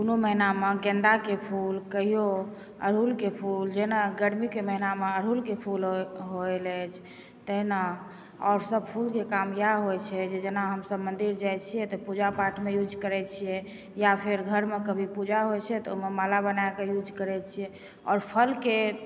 कुनू महिनामे गेन्दाके फूल कहियो अड़हुलके फूल जेना गरमीके महिनामे अड़हुलके फूल होइत अछि तहिना आओर सब फूलके काम इएह होइ छै जे जेना हमसब मन्दिर जाइ छिए तए पूजापाठमे यूज करै छिए या फेर घरमे कभी पूजा होइ छै तऽ ओहिमे माला बनाकऽ यूज करै छिए आओर फलके